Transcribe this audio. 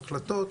הקלטות.